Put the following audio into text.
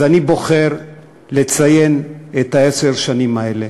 אז אני בוחר לציין את עשר השנים האלה